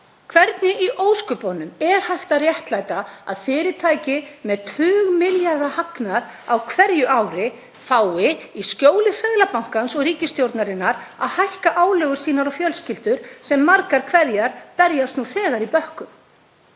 Hvernig í ósköpunum er hægt að réttlæta að fyrirtæki með tugmilljarða hagnað á hverju ári fái í skjóli Seðlabankans og ríkisstjórnarinnar að hækka álögur sínar á fjölskyldur, sem margar hverjar berjast nú þegar í bökkum?